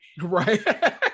Right